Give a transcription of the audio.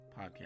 podcast